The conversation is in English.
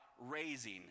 raising